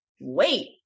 wait